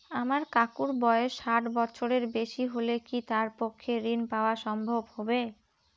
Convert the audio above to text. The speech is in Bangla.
আমার কাকুর বয়স ষাট বছরের বেশি হলে কি তার পক্ষে ঋণ পাওয়া সম্ভব হবে?